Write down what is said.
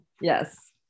Yes